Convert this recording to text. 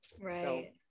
right